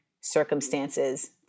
circumstances